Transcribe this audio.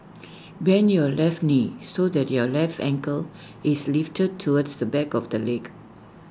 bend your left knee so that your left ankle is lifted towards the back of the leg